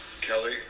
Kelly